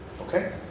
Okay